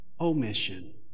Omission